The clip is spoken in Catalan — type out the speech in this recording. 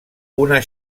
una